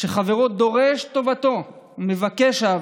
שחברו דורש טובתו ומבקש אהבתו,